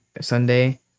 Sunday